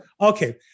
Okay